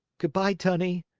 good-by, tunny.